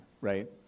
right